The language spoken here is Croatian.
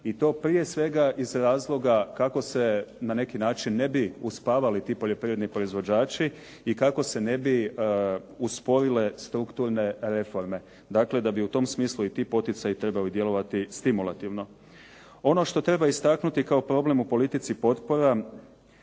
I to prije svega iz razloga kako se na neki način ne bi uspavali ti poljoprivredni proizvođači i kako se ne bi uspojile strukturne reforme. Dakle, da bi u tom smislu i ti poticaji trebali djelovati stimulativno. Ono što treba istaknuti kao problem u politici potpora